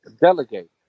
Delegate